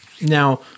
Now